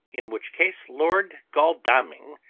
in which case lord godalming,